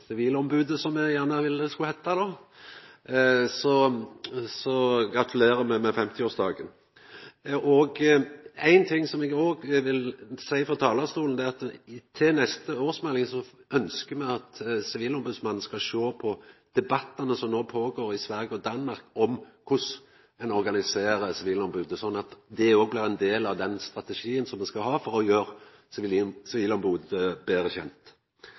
sivilombodet, som eg gjerne vil at det skal heita – så gratulerer eg med 50-årsdagen. Ein ting som eg òg vil seia frå talarstolen, er at til neste årsmelding ønskjer me at Sivilombodsmannen skal sjå på debattane som no føregår i Sverige og i Danmark, om korleis dei organiserer sivilombodet, slik at det òg blir ein del av den strategien som me skal ha for å gjera sivilombodet betre kjent.